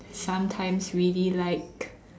sometimes really like